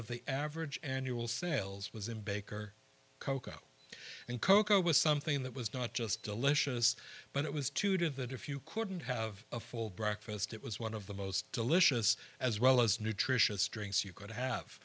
of the average annual sales was in baker cocoa and cocoa was something that was not just delicious but it was to do that if you couldn't have a full breakfast it was one of the most delicious as well as nutritious drinks you could have